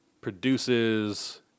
produces